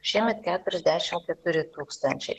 šiemet keturiasdešimt keturi tūkstančiai